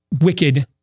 wicked